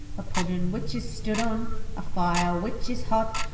a puddin' which is stood on a fire which is hot?